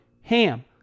HAM